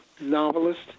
novelist